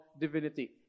divinity